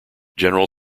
general